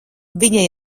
viņa